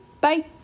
Bye